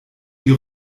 die